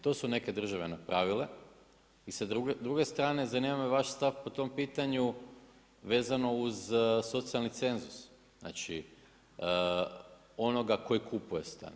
To su neke države napravile i sa druge strane zanima me vaš stav po tom pitanju vezano uz socijalni cenzus, znači onoga koji kupuje stan.